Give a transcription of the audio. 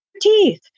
teeth